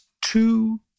two